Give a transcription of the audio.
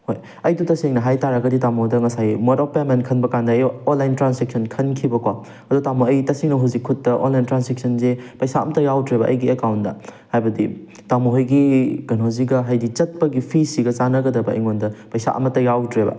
ꯍꯣꯏ ꯑꯩꯗꯣ ꯇꯁꯦꯡꯅ ꯍꯥꯏ ꯇꯥꯔꯒꯗꯤ ꯇꯥꯃꯣꯗ ꯉꯁꯥꯏ ꯃꯣꯠ ꯑꯣꯐ ꯄꯦꯃꯦꯟ ꯈꯟꯕ ꯀꯥꯟꯗ ꯑꯩ ꯑꯣꯟꯂꯥꯏꯟ ꯇ꯭ꯔꯥꯟꯁꯦꯟꯁꯟ ꯈꯟꯈꯤꯕꯀꯣ ꯑꯗꯣ ꯇꯥꯃꯣ ꯑꯩ ꯇꯁꯦꯡꯅ ꯍꯧꯖꯤꯛ ꯈꯨꯠꯇ ꯑꯣꯟꯂꯥꯏꯟ ꯇ꯭ꯔꯥꯟꯁꯦꯛꯁꯟꯁꯦ ꯄꯩꯁꯥ ꯑꯝꯇ ꯌꯥꯎꯗ꯭ꯔꯦꯕ ꯑꯩꯒꯤ ꯑꯦꯀꯥꯎꯟꯗ ꯍꯥꯏꯕꯗꯤ ꯇꯥꯃꯣꯍꯣꯏꯒꯤ ꯀꯩꯅꯣꯁꯤꯒ ꯍꯥꯏꯗꯤ ꯆꯠꯄꯒꯤ ꯐꯤꯁꯤꯒ ꯆꯥꯅꯒꯗꯕ ꯑꯩꯉꯣꯟꯗ ꯄꯩꯁꯥ ꯑꯃꯠꯇ ꯌꯥꯎꯗ꯭ꯔꯦꯕ